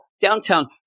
downtown